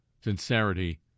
sincerity